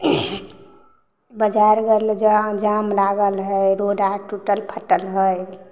बजार जाम लागल हइ रोड आओर टुटल फटल हइ